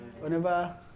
Whenever